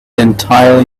entirely